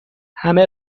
همه